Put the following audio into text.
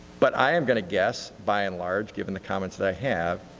but i'm going to guess by and large, given the comments that i have,